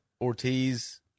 Ortiz